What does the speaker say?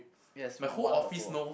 yes wonderful